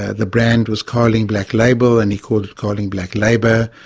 the brand was carling black label, and he called it carling black labour.